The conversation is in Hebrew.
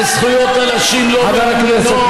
וזכויות לנשים לא מעניינות,